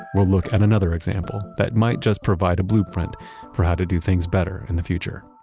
we'll look at another example that might just provide a blueprint for how to do things better in the future